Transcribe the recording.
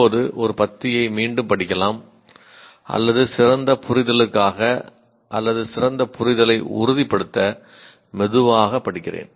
இப்போது ஒரு பத்தியை மீண்டும் படிக்கலாம் அல்லது சிறந்த புரிதலுக்காக அல்லது சிறந்த புரிதலை உறுதிப்படுத்த மெதுவாக படிக்கிறேன்